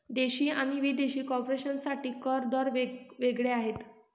देशी आणि विदेशी कॉर्पोरेशन साठी कर दर वेग वेगळे आहेत